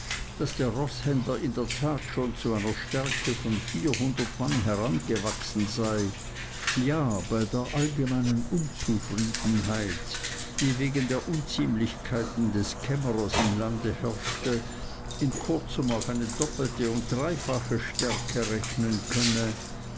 daß der roßhändler in der tat schon zu einer stärke von vierhundert mann herangewachsen sei ja bei der allgemeinen unzufriedenheit die wegen der unziemlichkeiten des kämmerers im lande herrschte in kurzem auf eine doppelte und dreifache stärke rechnen könne